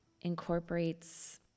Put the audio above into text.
incorporates